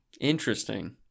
Interesting